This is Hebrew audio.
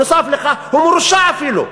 נוסף על כך, הוא מרושע, אפילו.